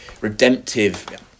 redemptive